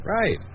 Right